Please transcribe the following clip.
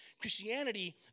Christianity